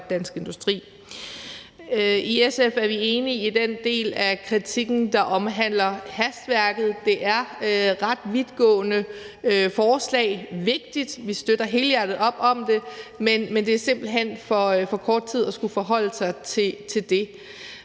Dansk Industri. I SF er vi enige i den del af kritikken, der omhandler hastværket. Det er ret vidtgående forslag, de er vigtige, og vi støtter helhjertet op om det, men det er simpelt hen for kort tid til at skulle forholde sig til det.